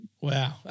Wow